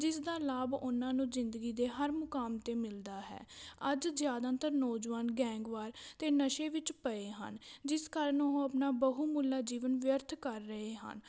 ਜਿਸਦਾ ਲਾਭ ਉਹਨਾਂ ਨੂੰ ਜ਼ਿੰਦਗੀ ਦੇ ਹਰ ਮੁਕਾਮ 'ਤੇ ਮਿਲਦਾ ਹੈ ਅੱਜ ਜ਼ਿਆਦਾਤਰ ਨੌਜਵਾਨ ਗੈਂਗਵਾਰ ਅਤੇ ਨਸ਼ੇ ਵਿੱਚ ਪਏ ਹਨ ਜਿਸ ਕਾਰਨ ਉਹ ਆਪਣਾ ਬਹੁਮੁੱਲਾ ਜੀਵਨ ਵਿਅਰਥ ਕਰ ਰਹੇ ਹਨ